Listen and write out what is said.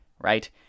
right